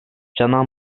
cana